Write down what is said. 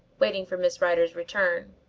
waiting for miss rider's return.